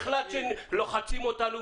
החלטת שלוחצים אותנו,